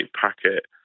packet